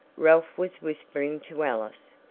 ralph was whispering to alice.